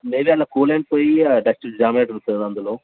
ఏదైనా కూలెంట్ పోయి dust jam అవుతుంది సార్ అందులో